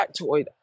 factoid